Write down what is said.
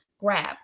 grab